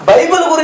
Bible